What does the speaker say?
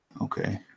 okay